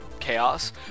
Chaos